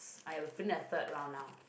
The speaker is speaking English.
I will print a third round now